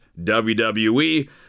WWE